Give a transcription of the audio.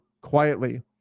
quietly